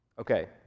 Okay